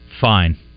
Fine